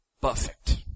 perfect